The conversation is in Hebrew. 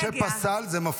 חבר הכנסת משה פסל, זה מפריע.